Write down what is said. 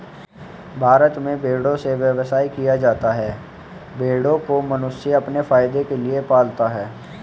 भारत में भेड़ों से व्यवसाय किया जाता है भेड़ों को मनुष्य अपने फायदे के लिए पालता है